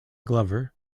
glover